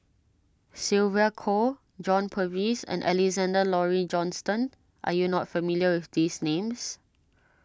Sylvia Kho John Purvis and Alexander Laurie Johnston are you not familiar with these names